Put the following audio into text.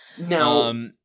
Now